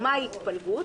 ומהי התפלגות?